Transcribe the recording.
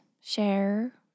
share